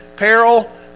peril